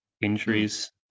injuries